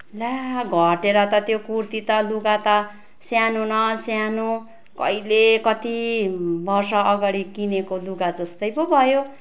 ला घटेर त त्यो कुर्ती त लुगा त सानो न सानो कहिले कति वर्ष अगाडि किनेको लुगा जस्तै पो भयो